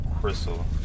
crystal